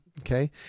okay